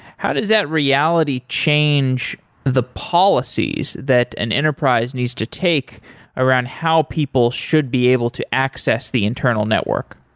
how does that reality change the policies that an enterprise needs to take around how people should be able to access the internal network?